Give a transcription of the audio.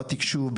בתקשוב,